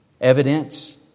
Evidence